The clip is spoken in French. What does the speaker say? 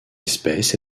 espèce